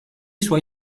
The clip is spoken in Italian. suoi